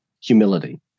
humility